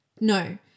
No